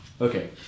Okay